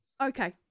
Okay